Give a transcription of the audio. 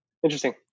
Interesting